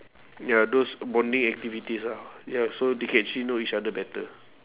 ya those bonding activities ah ya so they can actually know each other better